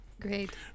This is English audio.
Great